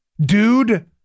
dude